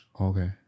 Okay